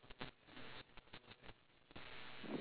then there's latest makeup skincare trends